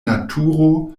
naturo